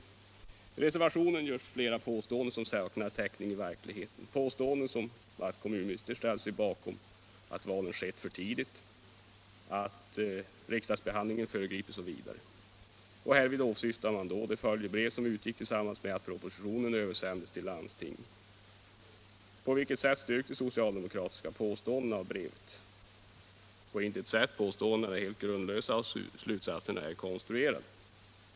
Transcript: I reservationen görs flera påståenden som saknar täckning i verkligheten, påståenden som att kommunministern ställt sig bakom att valet skett för tidigt, att riksdagsbehandlingen föregripits osv. Härvid åsyftas det följebrev som utgick samtidigt som propositionen översändes till landstingen. På vilket sätt styrks de socialdemokratiska påståendena av brevet? På intet sätt. Påståendena är helt grundlösa och slutsatserna är konstruerade.